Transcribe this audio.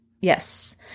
Yes